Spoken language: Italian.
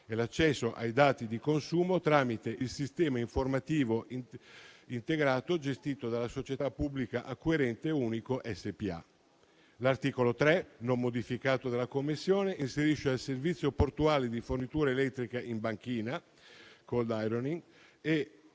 nell'accesso ai dati di consumo tramite il sistema informativo integrato, gestito dalla società pubblica Acquirente Unico SpA. L'articolo 3, non modificato dalla Commissione, inerisce al servizio portuale di fornitura elettrica in banchina (*cold ironing*) e